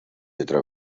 otra